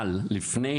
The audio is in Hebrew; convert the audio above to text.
לפני